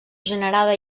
generada